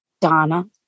Donna